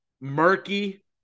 murky